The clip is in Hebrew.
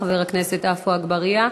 חבר הכנסת עפו אגבאריה.